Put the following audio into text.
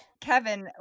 kevin